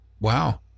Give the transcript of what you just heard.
Wow